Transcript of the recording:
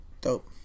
dope